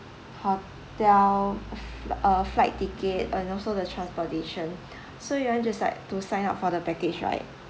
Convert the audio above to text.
hotel f~ uh flight ticket and also the transportation so you want just like to sign up for the package right